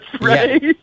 right